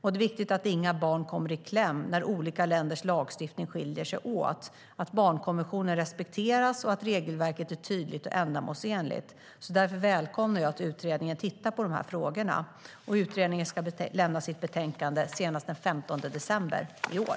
Det är viktigt att inga barn kommer i kläm när olika länders lagstiftning skiljer sig åt, att barnkonventionen respekteras och att regelverket är tydligt och ändamålsenligt. Därför välkomnar jag att utredningen tittar på dessa frågor. Utredningen ska lämna sitt betänkande senast den 15 december i år.